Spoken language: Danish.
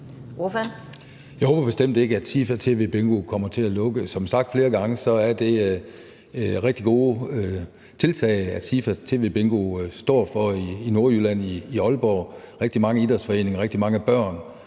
Jeg håber bestemt ikke, at SIFA TVBingo kommer til at lukke. Som sagt flere gange er det rigtig gode tiltag, SIFA TVBingo står for i Aalborg, i Nordjylland. Rigtig mange idrætsforeninger og rigtig mange børn